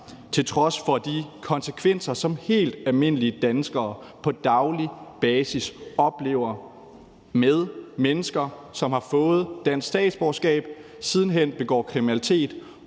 til trods for de konsekvenser, som helt almindelige danskere på daglig basis oplever, med mennesker, som har fået dansk statsborgerskab og siden hen begår kriminalitet